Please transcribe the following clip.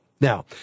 Now